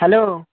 hello